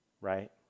right